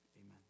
amen